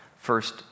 first